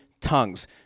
tongues